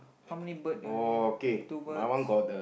how many bird you have here two birds